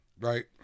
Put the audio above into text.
Right